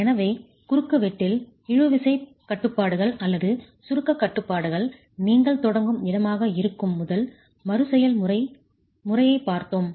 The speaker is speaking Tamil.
எனவே குறுக்குவெட்டில் இழு விசைகட்டுப்பாடுகள் அல்லது சுருக்கக் கட்டுப்பாடுகள் நீங்கள் தொடங்கும் இடமாக இருக்கும் முதல் மறுசெயல்முறை முறையைப் பார்த்தோம்